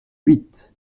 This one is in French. huit